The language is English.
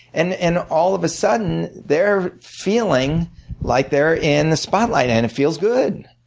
and and all of a sudden, they're feeling like they're in the spotlight and it feels good.